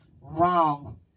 Wrong